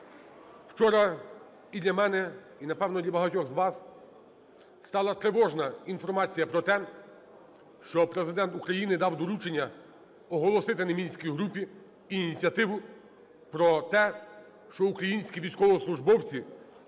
вчора і для мене, і, напевно, для багатьох з вас стала тривожна інформація про те, що Президент України дав доручення оголосити на мінській групі ініціативу про те, що українські військовослужбовці